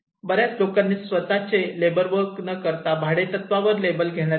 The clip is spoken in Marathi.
बऱ्याच लोकांनी स्वतः लेबर वर्क न करता भाडेतत्त्वावर लेबर घेण्यात आले